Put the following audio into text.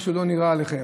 משהו לא נראה עליכם.